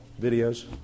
videos